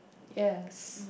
yes